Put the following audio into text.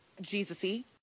Jesus-y